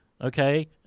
okay